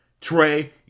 Trey